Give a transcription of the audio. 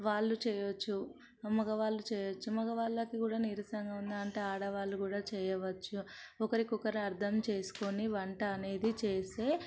వాళ్లు చేయొచ్చు మగవాళ్ళు చేయొచ్చు మగవాళ్ళుకి కూడా మీరు ఆడవాళ్ళు కూడా చేయవచ్చు ఒకరికొకరు అర్థం చేసుకుని వంట అనేది చేస్తే